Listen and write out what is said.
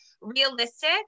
realistic